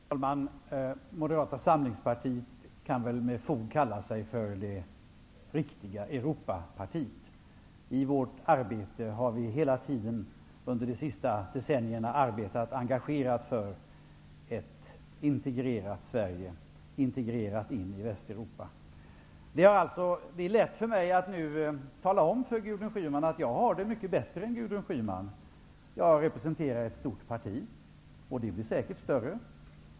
Herr talman! Moderata samlingspartiet kan väl med fog kalla sig det riktiga Europapartiet. I vårt arbete har vi hela tiden under de senaste decennierna arbetat engagerat för ett i Västeuropa integrerat Sverige. Det är lätt för mig att tala om för Gudrun Schyman att jag har det mycket bättre än Gudrun Schyman: Jag representerar ett stort parti -- och det blir säkert större.